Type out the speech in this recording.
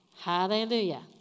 Hallelujah